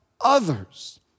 others